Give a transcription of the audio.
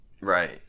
Right